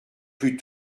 plus